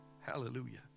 Hallelujah